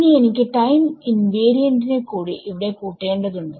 ഇനി എനിക്ക് time invariant നെ കൂടി ഇവിടെ കൂട്ടേണ്ടതുണ്ട്